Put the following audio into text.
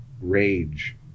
rage